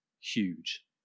huge